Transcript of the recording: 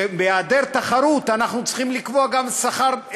שבהיעדר תחרות אנחנו צריכים לקבוע גם שכר,